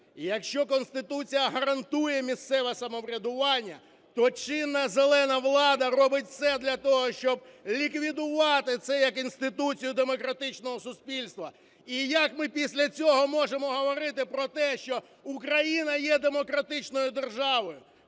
Якщо Конституція гарантує місцеве самоврядування, то чинна "зелена" влада робить все для того, щоб ліквідувати це як інституцію демократичного суспільства. І як ми після цього можемо говорити про те, що Україна є демократичною державою?